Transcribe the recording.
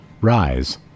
Rise